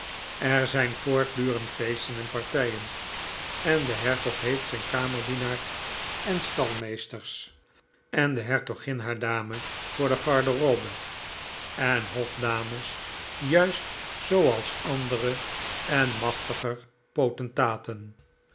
er zijn voortdurend feesten en partijen en de hertog heeft zijn kamerdienaar en stalmeesters en de hertogin haar dame voor de garderobe en hofdames juist zooals andere en machtiger potentaten